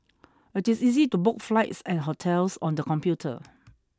It is easy to book flights and hotels on the computer